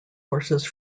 horses